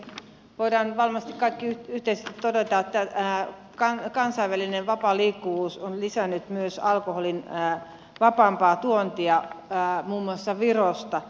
voimme varmasti kaikki yhteisesti todeta että kansainvälinen vapaa liikkuvuus on lisännyt myös alkoholin vapaampaa tuontia muun muassa virosta